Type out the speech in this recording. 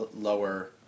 lower